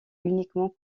uniquement